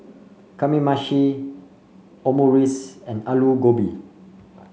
Kamameshi Omurice and Alu Gobi